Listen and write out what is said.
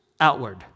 outward